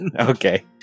Okay